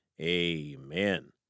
amen